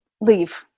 leave